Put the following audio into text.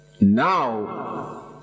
now